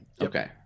okay